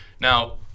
Now